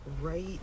right